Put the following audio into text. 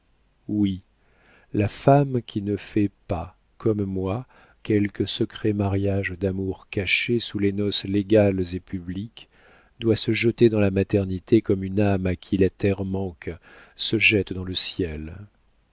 oui la femme qui ne fait pas comme moi quelque secret mariage d'amour caché sous les noces légales et publiques doit se jeter dans la maternité comme une âme à qui la terre manque se jette dans le ciel